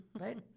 right